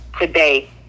today